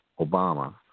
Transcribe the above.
Obama